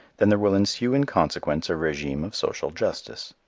then there will ensue in consequence a regime of social justice.